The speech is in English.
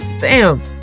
Fam